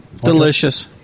Delicious